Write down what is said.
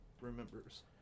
remembers